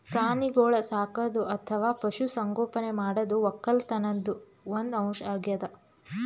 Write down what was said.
ಪ್ರಾಣಿಗೋಳ್ ಸಾಕದು ಅಥವಾ ಪಶು ಸಂಗೋಪನೆ ಮಾಡದು ವಕ್ಕಲತನ್ದು ಒಂದ್ ಅಂಶ್ ಅಗ್ಯಾದ್